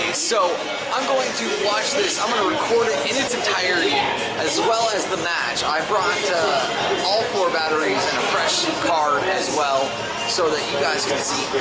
so i'm going to watch this i'm gonna record it in its entirety as well as the match. i brought all four batteries and a fresh card as well so that you guys can see